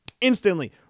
instantly